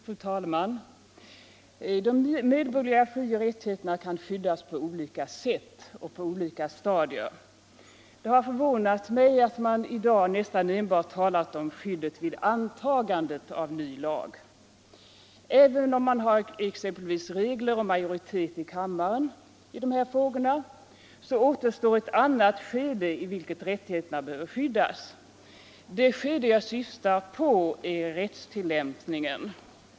Fru talman! De medborgerliga frioch rättigheterna kan skyddas på olika sätt och på olika stadier. Det har förvånat mig att man i dag nästan enbart har talat om skyddet vid antagandet av en ny lag. Även om man har exempelvis regler om majoritet i kammaren i dessa frågor återstår ett annat skede i vilket rättigheterna behöver skyddas. Det skede jag syftar på är rättstillämpningen.